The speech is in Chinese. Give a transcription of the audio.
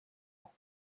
朋友